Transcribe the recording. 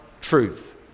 truth